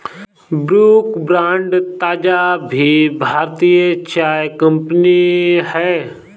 Brooke Bond ताज़ा भी भारतीय चाय कंपनी हअ